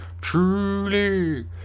truly